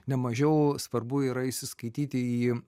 nemažiau svarbu yra įsiskaityti į